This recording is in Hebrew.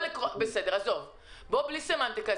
בלי סמנטיקה,